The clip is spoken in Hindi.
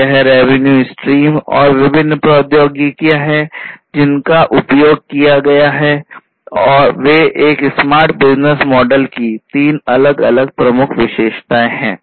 तो यह रेवेन्यू स्ट्रीम और विभिन्न प्रौद्योगिकियां हैं जिनका उपयोग किया गया हैं वे एक स्मार्ट बिजनेस मॉडल की तीन अलग अलग प्रमुख विशेषताएं है